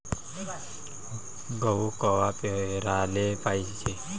गहू कवा पेराले पायजे?